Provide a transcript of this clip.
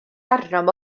arnom